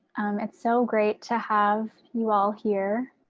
it's so great to have you all here.